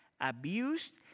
abused